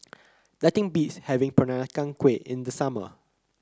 nothing beats having Peranakan Kueh in the summer